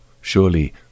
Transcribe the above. Surely